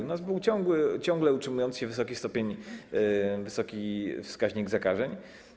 U nas był ciągle utrzymujący się wysoki stopień, wysoki wskaźnik zakażeń.